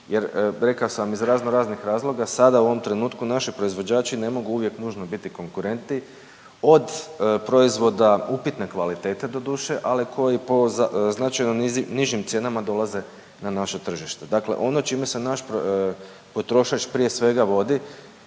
jer rekao sam iz raznoraznih razloga sada u ovom trenutku naši proizvođači ne mogu uvijek nužno biti konkurentniji od proizvoda upitne kvalitete doduše, ali koji po značajno nižim cijenama dolaze na naše tržište. Dakle, ono s čime se naš potrošač prije svega vodi